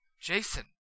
Jason